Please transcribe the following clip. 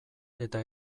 eta